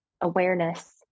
awareness